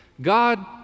God